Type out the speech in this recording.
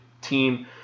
team